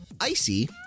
icy